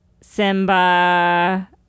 Simba